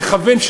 לכוון,